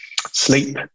sleep